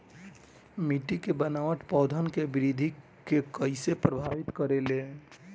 मिट्टी के बनावट पौधन के वृद्धि के कइसे प्रभावित करे ले?